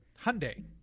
Hyundai